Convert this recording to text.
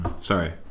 sorry